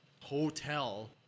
hotel